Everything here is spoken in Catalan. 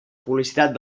publicitat